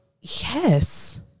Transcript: yes